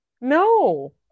no